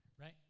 right